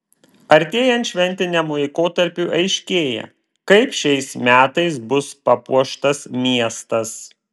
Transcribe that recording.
artėjant šventiniam laikotarpiui aiškėja kaip šiais metais bus papuoštas miestas